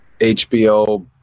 hbo